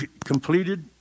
completed